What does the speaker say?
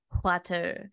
plateau